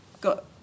got